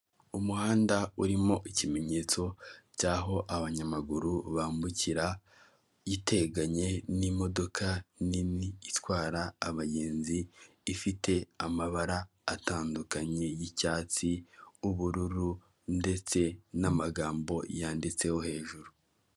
Umuhanda urimo ikimenyetso cy'aho abanyamaguru bambukira giteganye n'imodoka nini itwara abagenzi, ifite amabara atandukanye y'icyatsi, ubururu ndetse n'amagambo yanditseho hejuru.